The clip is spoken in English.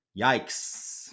Yikes